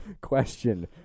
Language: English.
question